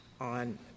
on